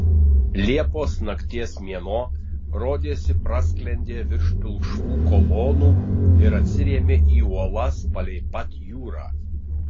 liepos nakties mėnuo rodėsi prasklendė virš pilkšvų kolonų ir atsirėmė į uolas palei pat jūrą